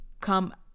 come